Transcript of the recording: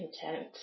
content